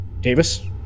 Davis